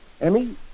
Emmy